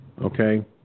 Okay